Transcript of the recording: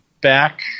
back